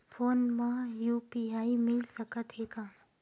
Phone मा UPI मिल सकत हे का?